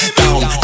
down